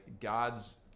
God's